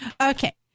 Okay